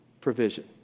provision